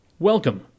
Welcome